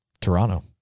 Toronto